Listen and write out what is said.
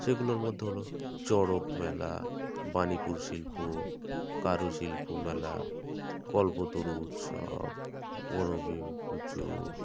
সেগুলোর মধ্যে হলো চড়ক মেলা বাণীপুর শিল্প কারুশিল্প মেলা কল্পতরু উৎসব বনবিবি পুজো